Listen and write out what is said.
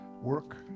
work